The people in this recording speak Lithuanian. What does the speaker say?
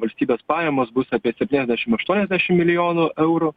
valstybės pajamos bus apie septyniasdešim aštuoniasdešim milijonų eurų